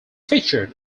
featured